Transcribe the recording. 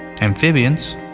amphibians